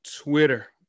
twitter